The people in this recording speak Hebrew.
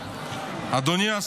אדוני.